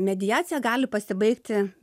mediacija gali pasibaigti